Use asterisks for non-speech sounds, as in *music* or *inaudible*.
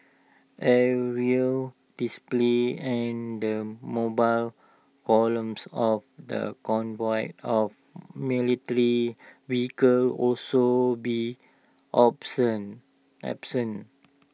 aerial displays and the mobile columns of the convoy of *unintelligible* vehicles also be *unintelligible* absent